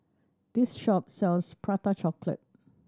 this shop sells Prata Chocolate